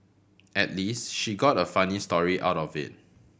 at least she got a funny story out of it